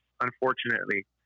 unfortunately